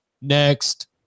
Next